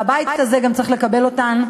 והבית הזה גם צריך לקבל אותן.